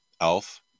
elf